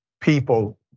people